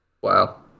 Wow